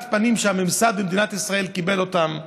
הפנים שהממסד במדינת ישראל קיבל אותם,